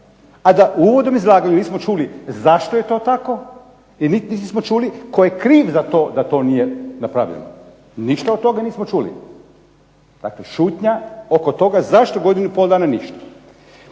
A da u uvodnom izlaganju nismo čuli zašto je to tako, i niti nismo čuli tko je kriv za to da to nije napravljeno. Ništa od toga nismo čuli. Dakle šutnja oko toga zašto godinu i pol dana ništa.